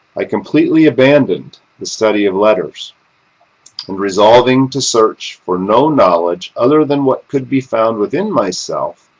i completely abandoned the study of letters. and resolving to search for no knowledge other than what could be found within myself,